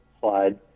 slide